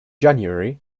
january